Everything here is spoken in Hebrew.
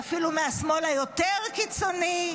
ואפילו מהשמאל היותר קיצוני.